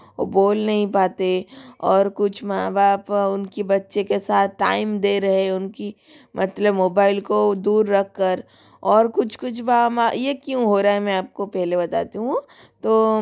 वो बोल नहीं पाते और कुछ माँ बाप उनके बच्चे के साथ टाइम दे रहे उनकी मतलब मोबाइल को वो दूर रख कर और कुछ कुछ वाहमा ये क्यों हो रहा हे मैं आप को पहले बताती हूँ तो